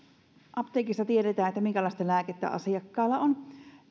apteekissa tiedetään minkälaista lääkettä asiakkaalla on